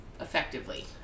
effectively